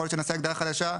יכול להיות שנעשה הגדרה חדשה,